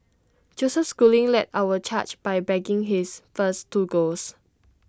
Joseph schooling led our charge by bagging his first two golds